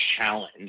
challenge